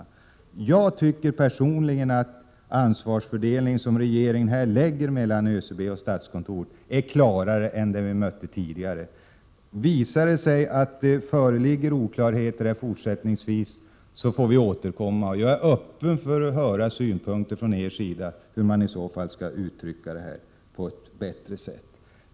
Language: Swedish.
Personligen tycker jag att ansvarsfördelningen som regeringen här gör mellan ÖCB och statskontoret är klarare än den vi mötte tidigare. Visar det sig att det föreligger oklarheter fortsättningsvis, får vi återkomma. Jag är öppen för att höra synpunkter från er sida på hur man i så fall skall uttrycka det här på ett bättre sätt.